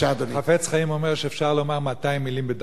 החפץ חיים אומר שאפשר לומר 200 מלים בדקה.